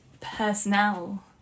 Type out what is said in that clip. personnel